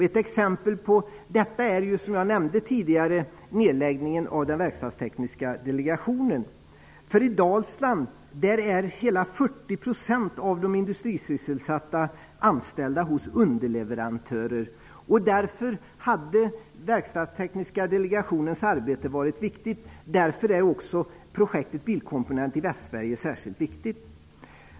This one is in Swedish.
Ett exempel på detta är nedläggningen av den verkstadstekniska delegationen, som jag nämnde tidigare. I Dalsland är hela 40 % av de industrisysselsatta anställda hos underleverantörer. Därför hade den verkstadstekniska delegationens arbete varit viktigt. Därför är också projektet Bilkomponent i Västsverige särskilt viktigt.